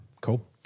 Cool